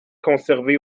conservée